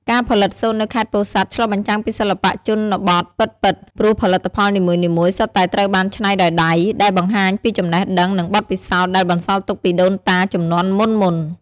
ការផលិតសូត្រនៅខេត្តពោធិ៍សាត់ ឆ្លុះបញ្ចាំងពីសិល្បៈជនបទពិតៗ ព្រោះផលិតផលនីមួយៗសុទ្ធតែត្រូវបានច្នៃដោយដៃ ដែលបង្ហាញពីចំណេះដឹង និងបទពិសោធន៍ដែលបន្សល់ទុកពីដូនតាជំនាន់មុនៗ។